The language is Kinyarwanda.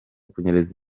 kunyereza